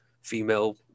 female